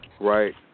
right